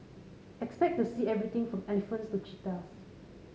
expect to see everything from elephants to cheetahs